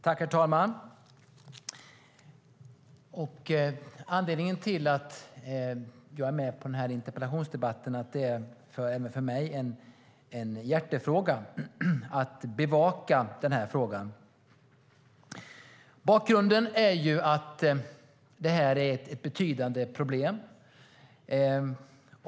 Herr talman! Anledningen till att jag är med i denna interpellationsdebatt är att det är en hjärtefråga även för mig att bevaka denna fråga. Bakgrunden är att det här är ett betydande problem.